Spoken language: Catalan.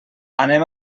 anem